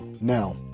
Now